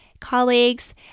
colleagues